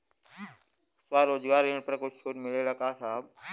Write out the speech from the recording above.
स्वरोजगार ऋण पर कुछ छूट मिलेला का साहब?